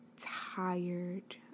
tired